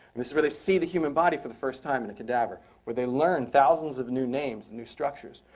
and this is really see the human body for the first time in a cadaver, where they learn thousands of new names and new structures,